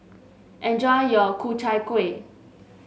enjoy your Ku Chai Kuih